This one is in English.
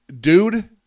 dude